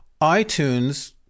iTunes